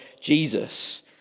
Jesus